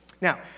Now